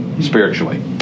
Spiritually